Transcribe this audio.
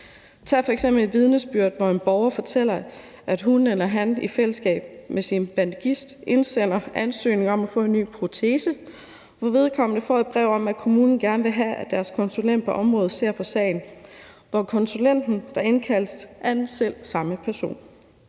Tag f.eks. et vidnesbyrd, hvor en borger fortæller, at hun eller han i fællesskab med sin bandagist indsender en ansøgning om at få en ny protese, og vedkommende får et brev om, at kommunen gerne vil have, at deres konsulent på området ser på sagen, og konsulenten, der indkaldes, er den selv samme person.